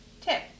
Tip